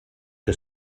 que